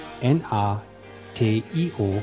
N-A-T-I-O